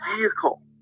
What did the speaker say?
vehicle